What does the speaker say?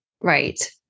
Right